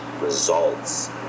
results